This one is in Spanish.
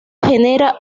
genera